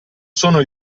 sono